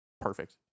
perfect